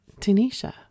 Tanisha